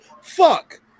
fuck